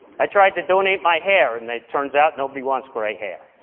i tried to donate my hair, and it turns out nobody wants grey hair.